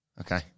Okay